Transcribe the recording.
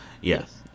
Yes